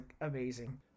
amazing